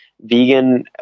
vegan